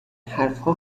حرفها